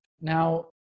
Now